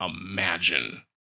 imagine